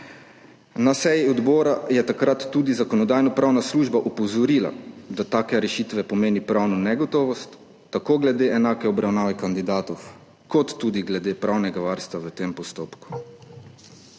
Na seji odbora je takrat tudi Zakonodajno-pravna služba opozorila, da take rešitve pomenijo pravno negotovost, tako glede enake obravnave kandidatov kot tudi glede pravnega varstva v tem postopku.